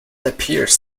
appears